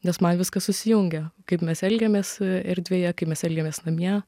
nes man viskas susijungia kaip mes elgiamės erdvėje kaip mes elgiamės namie